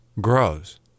Grows